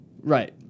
Right